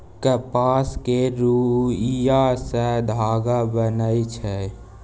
कपास केर रूइया सँ धागा बनइ छै